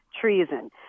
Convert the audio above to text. Treason